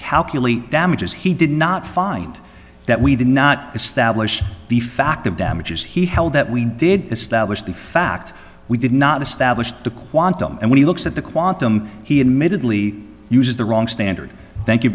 calculate damages he did not find that we did not establish the fact of damages he held that we did establish the fact we did not establish the quantum and when he looks at the quantum he admittedly uses the wrong standard thank you